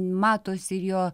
matosi ir jo